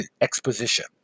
exposition